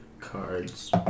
cards